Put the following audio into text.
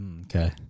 Okay